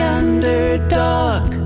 underdog